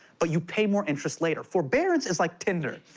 but you pay more interest later. forbearance is like tinder.